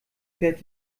fährt